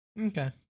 Okay